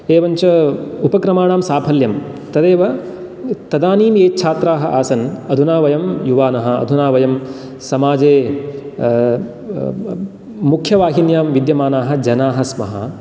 एवञ्च उपक्रमाणां साफल्यम् तदेव तदानीम् ये छात्राः आसन् अधुना वयं युवानः अधुना वयं समाजे मुख्यवाहिन्यां विद्यमानाः जनाः स्मः